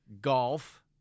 golf